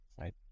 right